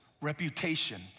reputation